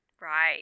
Right